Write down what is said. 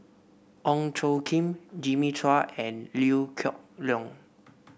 Ong Tjoe Kim Jimmy Chua and Liew Geok Leong